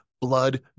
blood